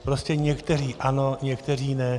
Prostě někteří ano, někteří ne.